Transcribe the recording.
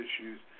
issues